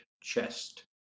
chest